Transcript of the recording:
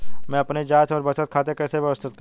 मैं अपनी जांच और बचत खाते कैसे व्यवस्थित करूँ?